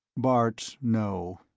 bart, no,